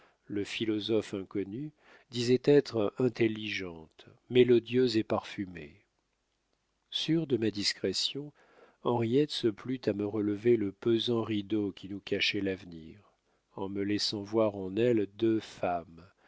le philosophe inconnu disait être intelligente mélodieuse et parfumée sûre de ma discrétion henriette se plut à me relever le pesant rideau qui nous cachait l'avenir en me laissant voir en elle deux femmes